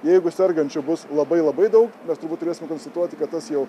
jeigu sergančių bus labai labai daug mes turbūt turėsime konstatuoti kad tas jau